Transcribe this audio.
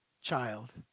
child